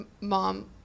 mom